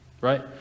Right